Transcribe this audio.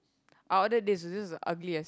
I ordered this this is the ugliest